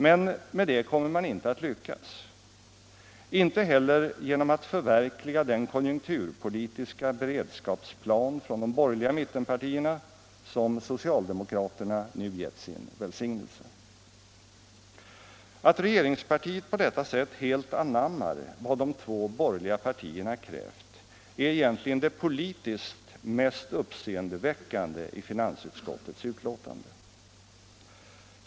Men med det kommer man inte att lyckas, inte heller genom att förverkliga den konjunkturpolitiska beredskapsplan från de borgerliga mittenpartierna, som socialdemokraterna nu gett sin välsignelse. Att regeringspartiet på detta sätt helt anammar vad de två borgerliga partierna krävt är egentligen det politiskt mest uppseendeväckande i finansutskottets betänkande.